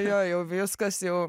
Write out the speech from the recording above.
jo jau viskas jau